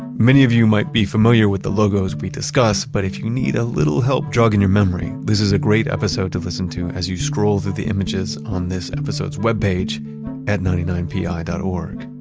many of you might be familiar with the logos we discuss, but if you need a little help jogging your memory, this is a great episode to listen to as you scroll through the images on this episode's webpage at ninety nine pi dot org.